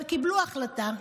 הם קיבלו החלטה,